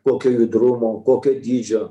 kokio judrumo kokio dydžio